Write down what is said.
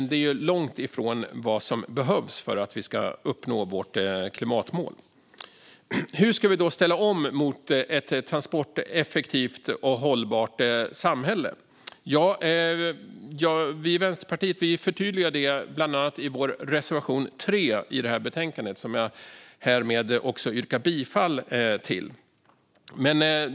Det är långt ifrån vad som behövs för att vi ska uppnå vårt klimatmål. Hur ska vi då ställa om mot ett transporteffektivt och hållbart samhälle? Vi i Vänsterpartiet förtydligar det bland annat i vår reservation 3 i det här betänkandet, som jag härmed också yrkar bifall till.